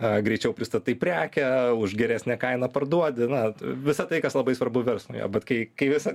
a greičiau pristatai prekę už geresnę kainą parduodi na visa tai kas labai svarbu verslui bet kai kai visad